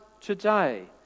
today